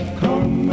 come